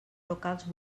locals